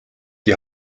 die